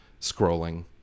scrolling